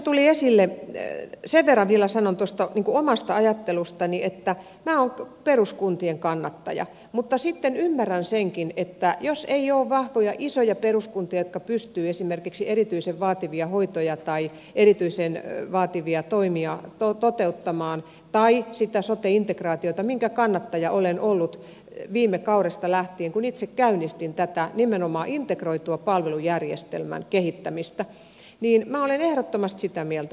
sen verran vielä sanon tuosta omasta ajattelustani että minä olen peruskuntien kannattaja mutta sitten ymmärrän senkin että jos ei ole vahvoja isoja peruskuntia jotka pystyvät esimerkiksi erityisen vaativia hoitoja tai erityisen vaativia toimia toteuttamaan tai sitä sote integraatiota minkä kannattaja olen ollut viime kaudesta lähtien kun itse käynnistin tätä nimenomaan integroitua palvelujärjestelmän kehittämistä niin minä olen ehdottomasti sitä mieltä